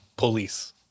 police